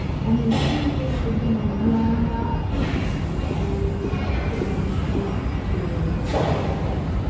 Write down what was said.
and then trinket is going to run up and stand next to my brother